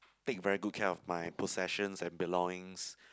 take very good care of my possessions and belongings